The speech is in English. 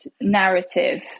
narrative